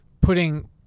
putting